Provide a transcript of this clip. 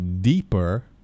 deeper